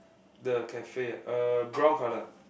the cafe ah uh brown colour